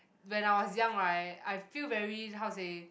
when I was young right I feel very how to say